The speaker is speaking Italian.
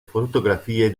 fotografie